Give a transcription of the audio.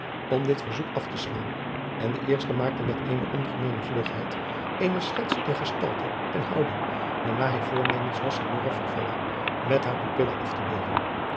om dit verzoek af te slaan en de eerste maakte met eene ongemeene vlugheid eene schets der gestalte en houding waarnaar hij voornemens was signora farfalla met haar pupila af te beelden